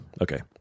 Okay